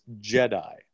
Jedi